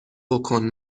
بکن